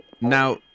Now